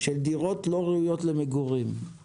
של דירות לא ראויות למגורים.